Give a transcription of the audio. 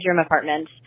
apartment